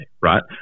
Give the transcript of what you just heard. right